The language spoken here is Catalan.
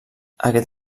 aquest